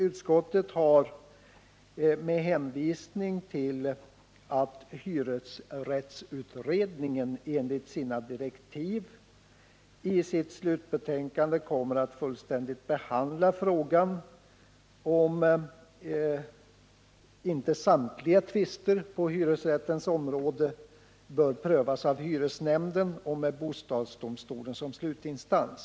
Utskottet har emellertid hänvisat till att hyresrättsutredningen enligt sina direktiv i sitt slutbetänkande kommer att fullständigt behandla frågan om huruvida samtliga tvister på hyresrättens område bör prövas av hyresnämnden med bostadsdomstolen som slutinstans.